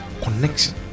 connection